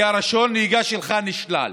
כי רישיון הנהיגה שלך נשלל.